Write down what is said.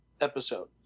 episode